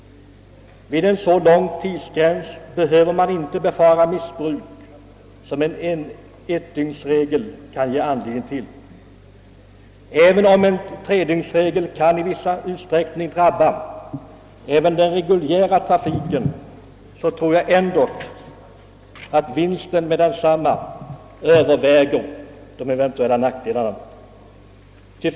Med en sådan tidsgräns behöver man inte be fara missbruk, som en ettdygnsregel kan ge anledning till. även om en tredygnsregel i viss utsträckning kan drabba den reguljära trafiken, tror jag att vinsten med en sådan regel väger över de eventuella nackdelarna.